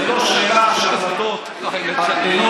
זו לא שאלה של החלטות אנוש,